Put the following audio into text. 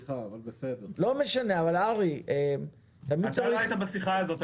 אתה לא היית בשיחה הזאת.